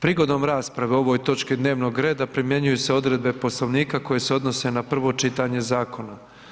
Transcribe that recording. Prigodom rasprave o ovoj točki dnevnog reda primjenjuju se odredbe Poslovnika koje se odnose na prvo čitanje zakona.